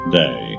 day